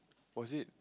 was it